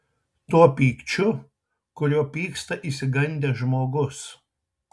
tuo pykčiu kuriuo pyksta išsigandęs žmogus